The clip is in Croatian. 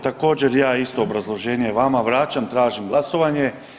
Također ja isto obrazloženje vama vraćam i tražim glasovanje.